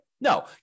No